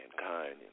mankind